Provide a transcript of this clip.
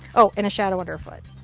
oh. and a shadow under a foot.